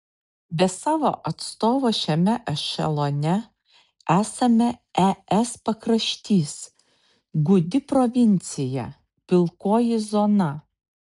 be savo atstovo šiame ešelone esame es pakraštys gūdi provincija pilkoji zona